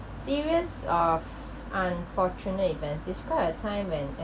serious of unfortunate events describe a time when